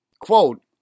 quote